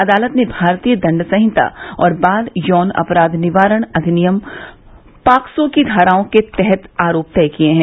अदालत ने भारतीय दंड संहिता और बाल यौन अपराध निवारण अधिनियम पॉक्सो की धाराओं के तहत आरोप तय किए हैं